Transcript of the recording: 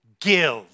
give